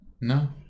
no